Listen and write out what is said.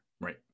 Right